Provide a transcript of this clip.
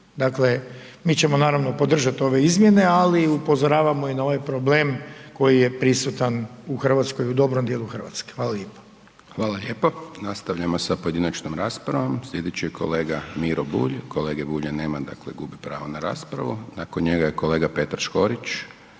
Dakle, mi ćemo naravno podržat ove izmjene ali upozoravamo i na ovaj problem koji je prisutan u Hrvatskoj, u dobrom dijelu Hrvatske. Hvala. **Hajdaš Dončić, Siniša (SDP)** Hvala lijepa. Nastavljamo sa pojedinačnom raspravom. Sljedeći je kolega Miro Bulj. Kolege Bulja nema dakle gubi pravo na raspravu. Nakon njega je Petar Škorić.